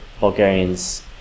Bulgarians